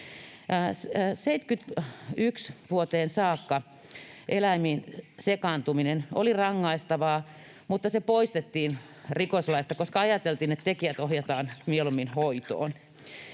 alta. Vuoteen 71 saakka eläimiin sekaantuminen oli rangaistavaa, mutta se poistettiin rikoslaista, koska ajateltiin, että tekijät ohjataan mieluummin hoitoon